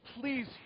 Please